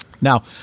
Now